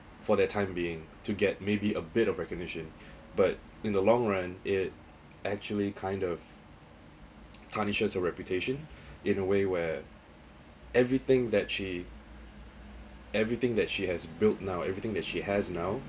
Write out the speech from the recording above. for the time being to get maybe a bit of recognition but in the long run it actually kind of tarnishes a reputation in a way where everything that she everything that she has built now everything that she has now